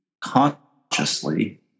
consciously